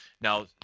Now